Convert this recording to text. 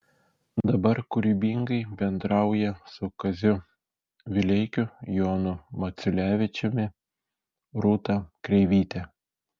dabar kūrybingai bendrauja su kaziu vileikiu jonu maciulevičiumi rūta kreivyte